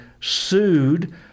sued